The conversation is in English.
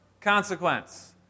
consequence